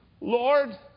Lord